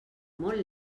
molt